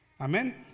Amen